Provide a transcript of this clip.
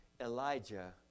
Elijah